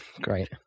Great